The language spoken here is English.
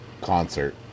concert